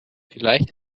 vielleicht